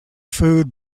food